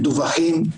מדווחים,